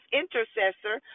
intercessor